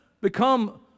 become